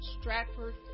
Stratford